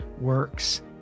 works